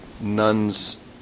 nun's